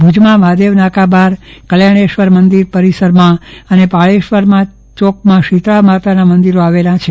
ભુજમાં મહાદેવ નાકા બહાર કલ્યાણેશ્વર મંદિર પરિસરમાં અને પાળેશ્વર ચોકમાં શીતળા માતાના મંદિરો આવેલા છે